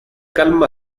calma